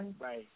Right